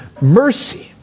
mercy